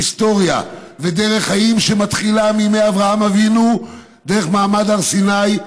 היסטוריה ודרך חיים שמתחילה מימי אברהם אבינו דרך מעמד הר סיני,